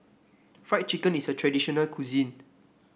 Fried Chicken is a traditional cuisine